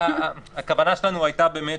כרגע זה הנוסח,